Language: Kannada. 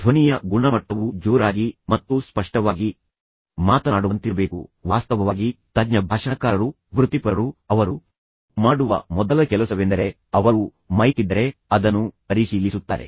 ಧ್ವನಿಯ ಗುಣಮಟ್ಟವು ಜೋರಾಗಿ ಮತ್ತು ಸ್ಪಷ್ಟವಾಗಿ ಮಾತನಾಡುವಂತಿರಬೇಕು ವಾಸ್ತವವಾಗಿ ತಜ್ಞ ಭಾಷಣಕಾರರು ವೃತ್ತಿಪರರು ಅವರು ಮಾಡುವ ಮೊದಲ ಕೆಲಸವೆಂದರೆ ಅವರು ಮೈಕ್ ಇದ್ದರೆ ಅದನ್ನು ಪರಿಶೀಲಿಸುತ್ತಾರೆ